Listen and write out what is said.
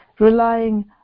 relying